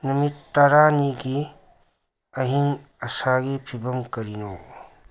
ꯅꯨꯃꯤꯠ ꯇꯔꯥꯅꯤꯒꯤ ꯑꯏꯪ ꯑꯁꯥꯒꯤ ꯐꯤꯕꯝ ꯀꯔꯤꯅꯣ